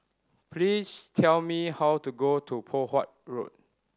please tell me how to got to Poh Huat Road